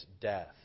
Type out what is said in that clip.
death